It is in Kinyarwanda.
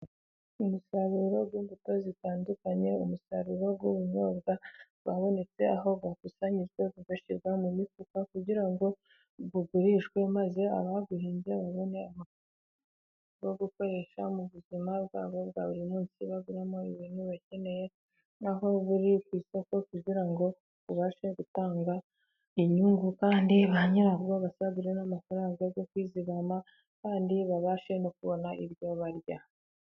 Umusaruro w'imbuto zitandukanye, umusaruro w'ubunyobwa wabonetse, aho wakusanyijwe ugashyirwa mu mifuka, kugira ngo ugurishwe maze abawuhinze babone amafaranga yo gukoresha mu buzima bwabo bwa buri munsi, baguramo ibintu bakeneye, aho uri ku isoko kugira ngo ubashe gutanga inyungu kandi ba nyirawo basagure n'amafaranga yo kwizigama, kandi babashe no kubona ibyo barya.